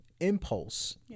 impulse